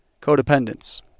codependence